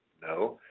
no,